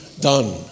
done